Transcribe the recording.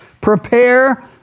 prepare